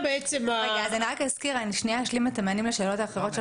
אני רק אשלים את המענים לשאלות האחרות של